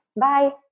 Bye